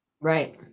Right